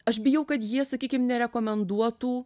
aš bijau kad jie sakykim nerekomenduotų